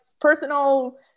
personal